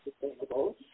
sustainable